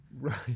Right